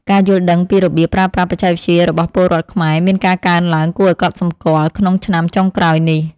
ការយល់ដឹងពីរបៀបប្រើប្រាស់បច្ចេកវិទ្យារបស់ពលរដ្ឋខ្មែរមានការកើនឡើងគួរឱ្យកត់សម្គាល់ក្នុងឆ្នាំចុងក្រោយនេះ។